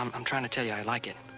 um trying to tell you i like it.